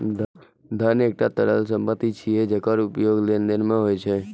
धन एकटा तरल संपत्ति छियै, जेकर उपयोग लेनदेन मे होइ छै